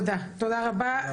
תודה רבה.